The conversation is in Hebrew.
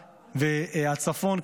והצפון,